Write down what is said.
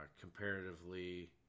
Comparatively